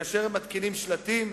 כאשר הן מתקינות שלטים,